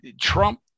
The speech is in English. Trump